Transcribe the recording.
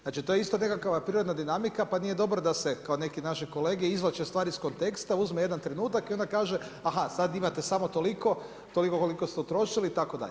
Znači to je isto nekakva prirodna dinamika, pa nije dobro, kao neke naši kolege, izvlače stvari iz konteksta, uzme jedan trenutak i onda kaže, aha, sad imate samo toliko, toliko koliko ste utrošili itd.